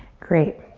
great.